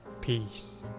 Peace